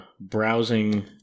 browsing